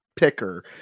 picker